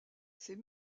ces